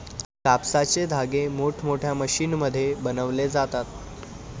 कापसाचे धागे मोठमोठ्या मशीनमध्ये बनवले जातात